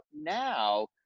now